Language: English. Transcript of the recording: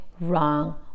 wrong